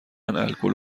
الکل